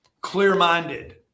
clear-minded